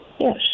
Yes